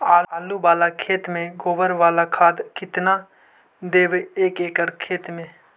आलु बाला खेत मे गोबर बाला खाद केतना देबै एक एकड़ खेत में?